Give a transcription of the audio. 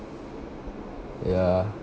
ya